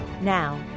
Now